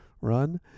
run